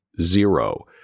zero